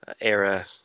era